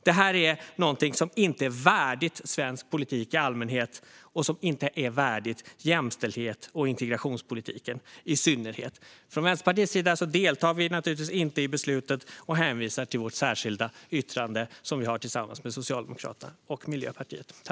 Det här är inte värdigt svensk politik i allmänhet och inte jämställdhets och integrationspolitiken i synnerhet. Vänsterpartiet deltar naturligtvis inte i beslutet. Vi hänvisar till vårt särskilda yttrande som vi har tillsammans med Socialdemokraterna och Miljöpartiet.